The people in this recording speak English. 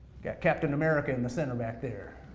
got captain america in the center, back there.